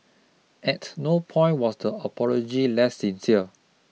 at no point was the apology less sincere